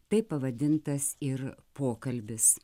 taip pavadintas ir pokalbis